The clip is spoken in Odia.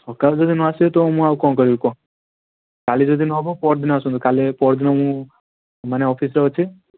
ସକାଳୁ ଯଦି ନ ଆସିବେ ତ ଆଉ ମୁଁ ଆଉ କ'ଣ କରିବି କୁହ କାଲି ଯଦି ନ ହେବ ପରଦିନ ଆସନ୍ତୁ କାଲି ପରଦିନ ମୁଁ ମାନେ ଅଫିସ୍ରେ ଅଛି